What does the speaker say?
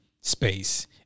space